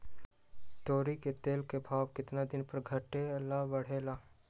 तोरी के तेल के भाव केतना दिन पर घटे ला बढ़े ला?